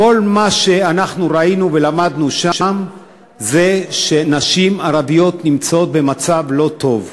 כל מה שראינו ולמדנו שם זה שנשים ערביות נמצאות במצב לא טוב.